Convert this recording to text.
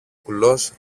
κουλός